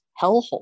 Hellhole